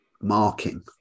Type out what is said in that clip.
marking